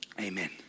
amen